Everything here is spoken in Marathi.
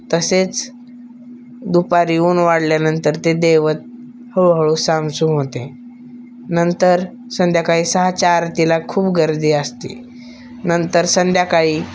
तसेच दुपारी ऊन वाढल्यानंतर ते दैवत हळूहळू सामसूम होते नंतर संध्याकाळी सहाच्या आरतीला खूप गर्दी असते नंतर संध्याकाळी